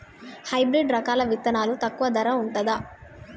Hybrid రకాల విత్తనాలు తక్కువ ధర ఉంటుందా?